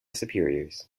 superiors